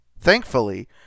thankfully